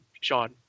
Sean